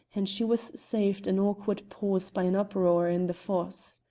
and she was saved an awkward pause by an uproar in the fosse.